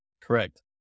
Correct